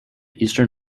eastern